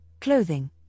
clothing